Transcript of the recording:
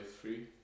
free